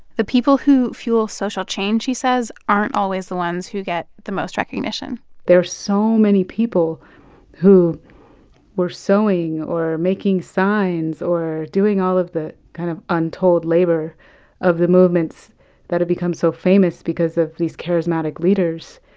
the people who fuel social change, she says, aren't always the ones who get the most recognition there are so many people who were sewing or making signs or doing all of the, kind of, untold labor of movements that have become so famous because of these charismatic leaders.